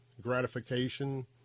gratification